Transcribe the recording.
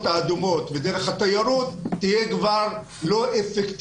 האדומות ודרך התיירות לא תהיה אפקטיבית.